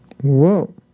Whoa